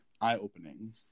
eye-opening